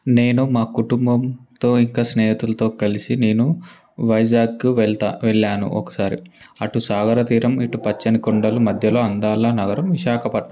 నేను మా కుటుంబంతో ఇంకా మా స్నేహితులతో కలిసి నేను వైజాగ్కి వెళతా వెళ్ళాను ఒకసారి అటు సాగరతీరం ఇటు పచ్చని కొండలు మధ్యలో అందాల నగరం విశాఖపట్నం